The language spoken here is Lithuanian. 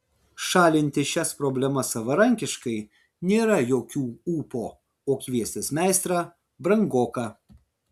šalinti šias problemas savarankiškai nėra jokių ūpo o kviestis meistrą brangoka